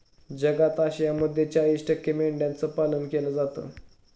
जगात आशियामध्ये चाळीस टक्के मेंढ्यांचं पालन केलं जातं